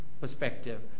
perspective